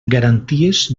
garanties